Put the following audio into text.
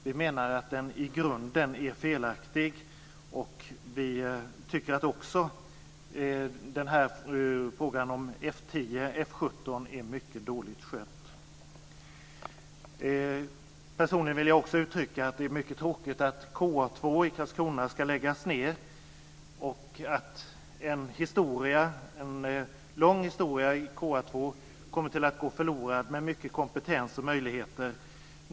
Vi menar att den i grunden är felaktig, och vi tycker att också frågan om F 10 och F 17 är mycket dåligt skött. Personligen vill jag också uttrycka att det är mycket tråkigt att KA 2 i Karlskrona ska läggas ned och att en lång historia i KA 2 kommer att gå förlorad, med mycket kompetens och möjligheter.